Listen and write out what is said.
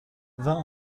vingt